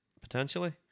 potentially